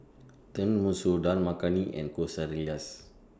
Tenmusu Dal Makhani and Quesadillas